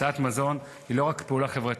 הצלת מזון היא לא רק פעולה חברתית,